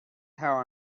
tower